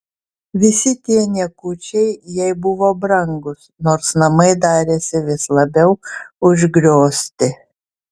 visi tie niekučiai jai buvo brangūs nors namai darėsi vis labiau užgriozti